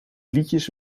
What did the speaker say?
liedjes